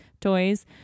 toys